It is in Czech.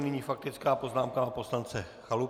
Nyní faktická poznámka pana poslance Chalupy.